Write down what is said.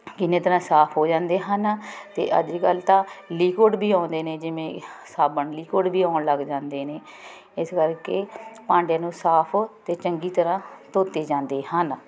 ਕਿੰਨੇ ਤਰ੍ਹਾਂ ਸਾਫ਼ ਹੋ ਜਾਂਦੇ ਹਨ ਅਤੇ ਅੱਜ ਕੱਲ੍ਹ ਤਾਂ ਲੀਕੁਅਡ ਵੀ ਆਉਂਦੇ ਨੇ ਜਿਵੇਂ ਸਾਬਣ ਲੀਕੁਅਡ ਵੀ ਆਉਣ ਲੱਗ ਜਾਂਦੇ ਨੇ ਇਸ ਕਰਕੇ ਭਾਂਡੇ ਨੂੰ ਸਾਫ਼ ਅਤੇ ਚੰਗੀ ਤਰ੍ਹਾਂ ਧੋਤੇ ਜਾਂਦੇ ਹਨ